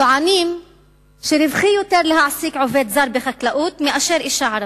טוענים שרווחי יותר להעסיק עובד זר בחקלאות מאשר אשה ערבייה,